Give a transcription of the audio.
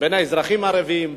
בין האזרחים הערבים,